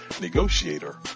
negotiator